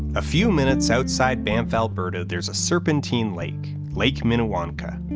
a few minutes outside banff, alberta, there's a serpentine lake, lake minnewanka.